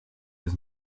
his